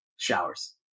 showers